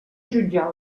jutjar